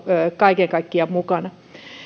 kaiken kaikkiaan